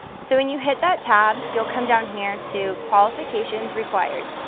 so when you hit that tab you'll come down here to qualifications required.